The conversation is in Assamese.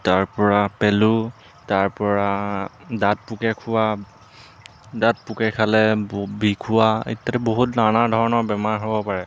তাৰপৰা পেলু তাৰপৰা দাঁত পোকে খোৱা দাঁত পোকে খালে ব বিষোৱা ইত্যাদি বহুত নানা ধৰণৰ বেমাৰ হ'ব পাৰে